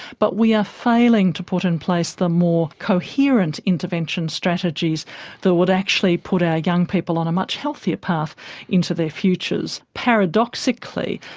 but we are failing to put in place the more coherent intervention strategies that would actually put our young people on a much healthier path into their futures. paradoxically,